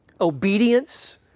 obedience